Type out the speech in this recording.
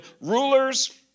rulers